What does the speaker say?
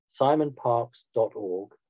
Simonparks.org